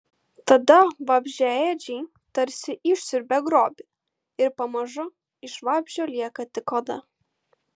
tada vabzdžiaėdžiai tarsi išsiurbia grobį ir pamažu iš vabzdžio lieka tik oda